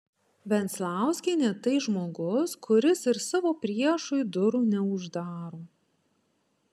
venclauskienė tai žmogus kuris ir savo priešui durų neuždaro